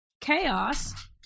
chaos